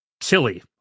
chili